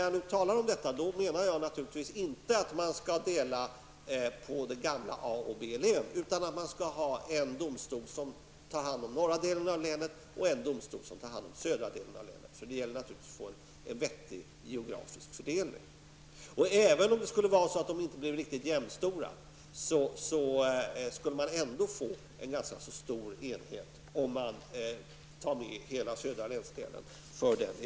Jag menar naturligtvis inte att man skall dela på det gamla A och B-län, utan man skall ha en domstol som tar hand om norra delen av länet och en domstol som tar hand om södra delen av länet. Det gäller naturligtvis att få en vettig geografisk fördelning. Även om de inte skulle bli riktigt lika stora, skulle man ändå få en ganska stor enhet om Haninge skall ta hand om hela södra länsdelen.